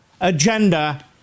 agenda